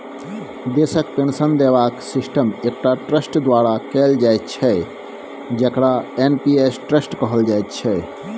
देशक पेंशन देबाक सिस्टम एकटा ट्रस्ट द्वारा कैल जाइत छै जकरा एन.पी.एस ट्रस्ट कहल जाइत छै